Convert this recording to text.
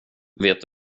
vet